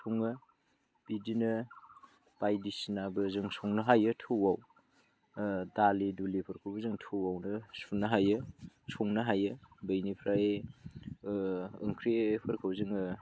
सङो बिदिनो बायदिसिनाबो जों संनो हायो थौआव दालि दुलिफोरखौबो जों थौआवनो सुनो हायो संनो हायो बेनिफ्राय ओंख्रिफोरखौ जोङो